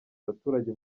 abaturage